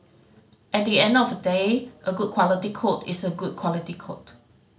at the end of the day a good quality code is a good quality code